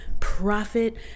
profit